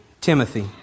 Timothy